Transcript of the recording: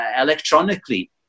electronically